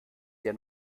der